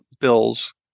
bills